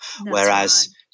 Whereas